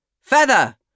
feather